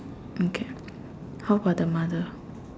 okay how about the mother